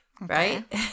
right